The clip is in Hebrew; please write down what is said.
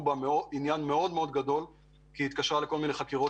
בה עניין גדול מאוד כי היא התקשרה לחקירות